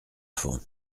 fond